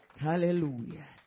Hallelujah